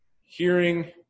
hearing